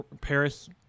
Paris